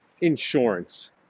insurance